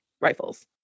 rifles